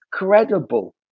incredible